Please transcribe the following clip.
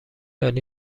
عالی